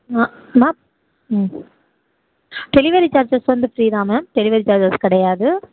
ஆ ma'am ம் delivery charges வந்து free தான் மேம் டெலிவரி சார்ஜஸ் கிடையாது